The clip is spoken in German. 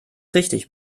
richtig